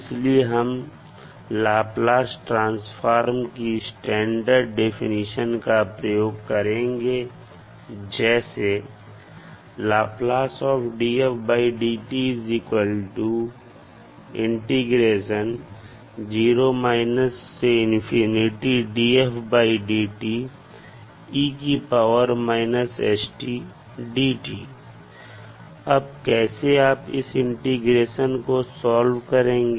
इसलिए हम Laplace transform की स्टैंडर्ड डेफिनेशन का प्रयोग करेंगे जैसे अब कैसे आप इस इंटीग्रेशन को सॉल्व करेंगे